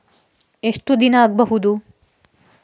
ಎಷ್ಟು ದಿನ ಆಗ್ಬಹುದು?